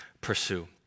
pursue